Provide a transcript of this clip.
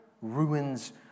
ruins